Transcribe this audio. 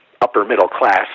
upper-middle-class